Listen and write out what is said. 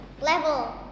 Level